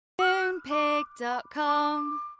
Moonpig.com